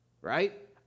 right